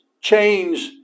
change